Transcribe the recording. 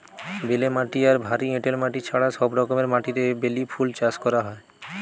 বেলে মাটি আর ভারী এঁটেল মাটি ছাড়া সব রকমের মাটিরে বেলি ফুল চাষ করা যায়